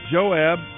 Joab